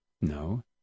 No